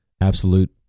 absolute